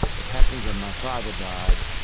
it happened when my father died,